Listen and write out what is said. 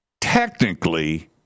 technically